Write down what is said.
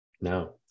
No